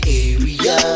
area